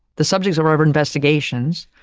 the subjects of our but investigations,